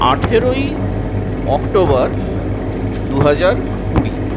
আঠেরোই অক্টোবর দুহাজার কুড়ি